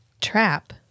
trap